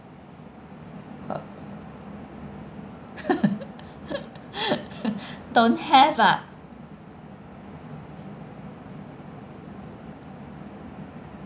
don't have ah